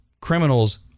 criminals